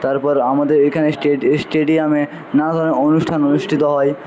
তারপর আমাদের এখানে স্টেডিয়ামে নানা ধরনের অনুষ্ঠান অনুষ্ঠিত হয়